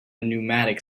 pneumatic